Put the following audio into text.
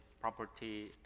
property